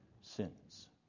sins